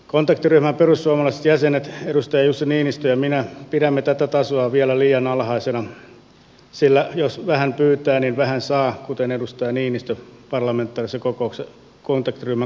kontaktiryhmän perussuomalaiset jäsenet edustaja jussi niinistö ja minä pidämme tätä tasoa vielä liian alhaisena sillä jos vähän pyytää niin vähän saa kuten edustaja niinistö parlamentaarisen kontaktiryhmän kokouksessa totesi